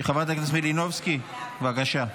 חברת הכנסת מלינובסקי, בבקשה.